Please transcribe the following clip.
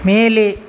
மேலே